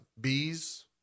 bees